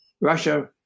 Russia